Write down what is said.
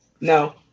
No